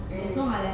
mm